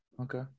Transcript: Okay